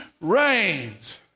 reigns